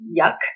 yuck